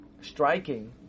striking